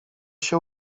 się